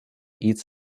eats